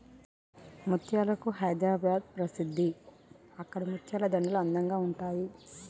ముత్యాలకు హైదరాబాద్ ప్రసిద్ధి అక్కడి ముత్యాల దండలు అందంగా ఉంటాయి